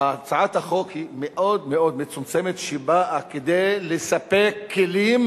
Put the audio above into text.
הצעת החוק היא מאוד מאוד מצומצמת והיא באה כדי לספק כלים